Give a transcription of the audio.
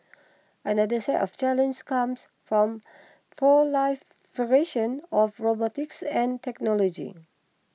another set of challenges comes from proliferation of robotics and technology